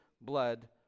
blood